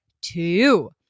two